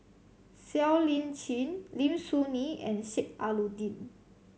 Siow Lee Chin Lim Soo Ngee and Sheik Alau'ddin